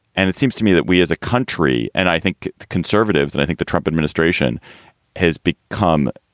and it seems to me that we as a country and i think conservatives and i think the trump administration has become.